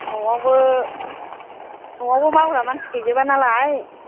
न'आवबो मावग्रा मानसि गैजोबा नालाय